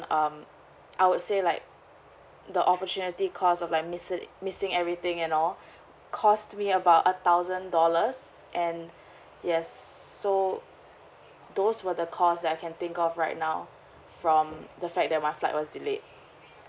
um I would say like the opportunity because of like miss~ missing everything and all costed me about a thousand dollars and yes so those were the cost that I can think of right now from the fact that my flight was delayed